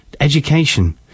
education